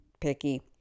picky